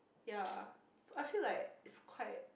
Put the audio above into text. ya so I feel like it's quite